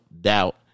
doubt